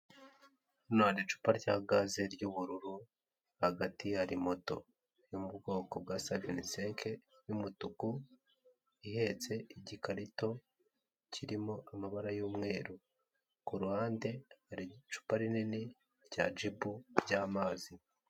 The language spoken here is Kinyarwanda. Hano hari icupa rya gaze ry'ubururu, hagati hari moto yo mu bwoko bwa sa veni seke y'umutuku ihetse igikarito kirimo amabara y'umweru. Ku ruhande hari icupa rinini rya jibo ry'amazi.